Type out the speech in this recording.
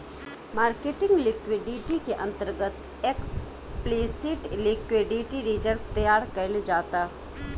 marketing liquidity के अंतर्गत explicit liquidity reserve तैयार कईल जाता